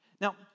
Now